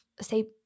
say